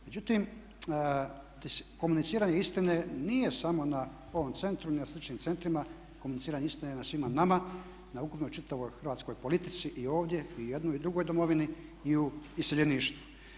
Međutim, komuniciranje istine nije samo na ovom centru ni na sličnim centrima, komuniciranje istine je na svima nama, na ukupnoj čitavoj hrvatskoj politici i ovdje i u jednoj i u drugoj domovini i u iseljeništvu.